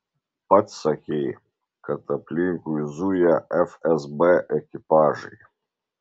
pats sakei kad aplinkui zuja fsb ekipažai